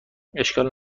اشکال